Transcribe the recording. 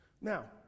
Now